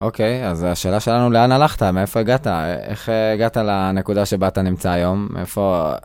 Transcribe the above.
אוקיי, אז השאלה שלנו, לאן הלכת, מאיפה הגעת, איך הגעת לנקודה שבה אתה נמצא היום, איפה...